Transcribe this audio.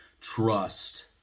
trust